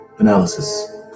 analysis